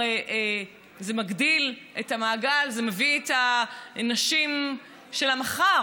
הרי זה מגדיל את המעגל, זה מביא את הנשים של המחר.